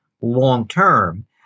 long-term